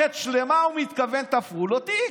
הוא מתכוון שמערכת שלמה תפרה לו תיק.